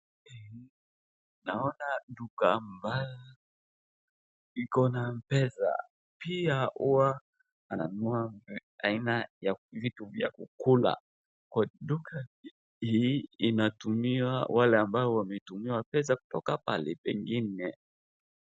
Naona duka ambayo iko na Mpesa, pia huwa ananunua aina ya vitu vya kukula, kwa duka hii inatumia wale ambao wametumiwa pesa kutoka pale pengine.